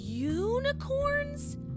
Unicorns